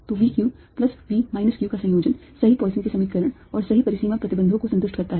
तो V q plus V minus q का संयोजन सही पॉइसन के समीकरण और सही परिसीमा प्रतिबंधों को संतुष्ट करता है